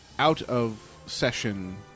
out-of-session